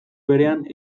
berean